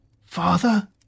Father